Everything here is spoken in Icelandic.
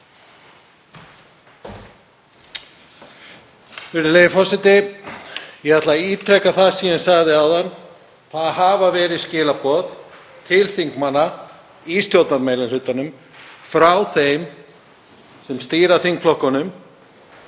Virðulegi forseti. Ég ætla að ítreka það sem ég sagði áðan, það hafa verið skilaboð til þingmanna í stjórnarmeirihlutanum, frá þeim sem stýra þingflokkunum,